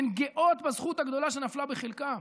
הן גאות בזכות הגדולה שנפלה בחלקן.